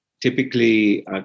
typically